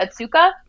Atsuka